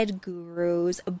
gurus